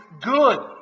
good